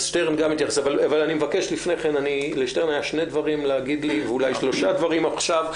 לשטרן היו שני דברים להגיד לי ואולי שלושה או ארבעה עכשיו,